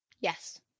Yes